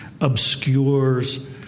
obscures